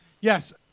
Yes